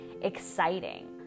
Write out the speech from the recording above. exciting